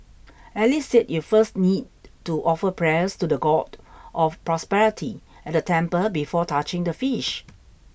Alice said you first need to offer prayers to the God of Prosperity at the temple before touching the fish